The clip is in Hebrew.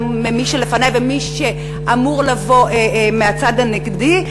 ממי שלפני וממי שאמור לבוא מהצד הנגדי.